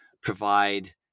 provide